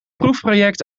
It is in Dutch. proefproject